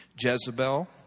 Jezebel